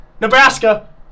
Nebraska